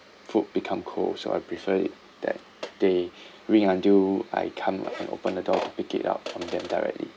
food become cold so I prefer it that they ring until I come and open the door to pick it up from them directly